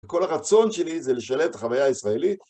כל הרצון שלי זה לשלב את החוויה הישראלית